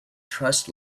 trust